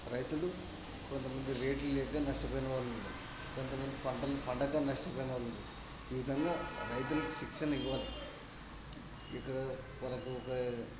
రైతులు కొంతమంది రేట్లు లేక నష్టపోయిన వాళ్ళు కొంతమంది పంటలు పండక నష్టపోయిన వాళ్ళు ఉన్నారు ఈ విధంగా రైతులకి శిక్షణ ఇవ్వాలి ఇక్కడ వాళ్ళకు ఒక